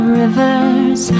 rivers